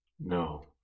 no